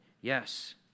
Yes